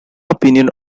opinion